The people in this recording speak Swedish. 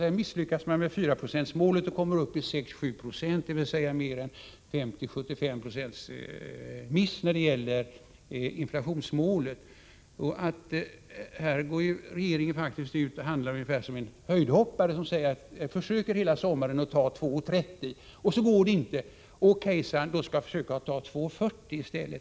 Här misslyckas regeringen med 4-procentsmålet och kommer upp i 6-7 70, dvs. en miss på mer än 50-75 96 när det gäller inflationsmålet. Regeringen handlar ungefär som en höjdhoppare som hela sommaren försöker hoppa 2,30 m. När detta inte går försöker han hoppa 2,40 m i stället.